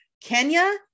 Kenya